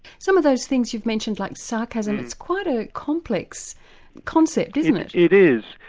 some of those things you've mentioned, like sarcasm, it's quite a complex concept isn't it? it is,